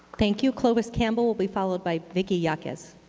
thank you. clovis campbell will be followed by vicki yaquis.